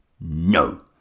No